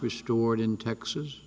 restored in texas